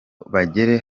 bagere